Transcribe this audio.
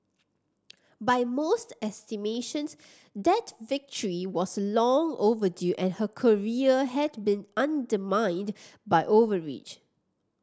by most estimations that victory was long overdue and her career had been undermined by overreach